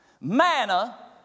Manna